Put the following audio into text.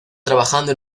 trabajando